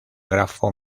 grafo